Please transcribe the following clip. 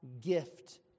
gift